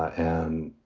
and,